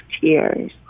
tears